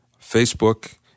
Facebook